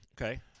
Okay